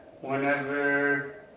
whenever